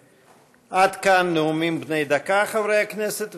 עד כאן נאומים בני דקה של חברי הכנסת.